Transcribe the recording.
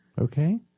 Okay